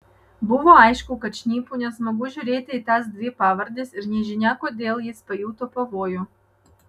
buvo aišku kad šnipui nesmagu žiūrėti į tas dvi pavardes ir nežinia kodėl jis pajuto pavojų